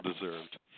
deserved